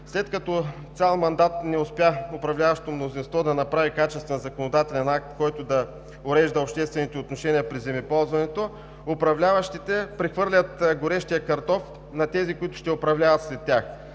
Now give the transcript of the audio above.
след като цял мандат не успя управляващото мнозинство да направи качествен законодателен акт, който да урежда обществените отношения при земеползването, управляващите прехвърлят горещия картоф на тези, които ще управляват след тях.